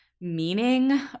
meaning